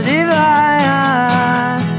Divine